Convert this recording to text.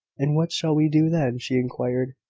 and what shall we do then? she inquired.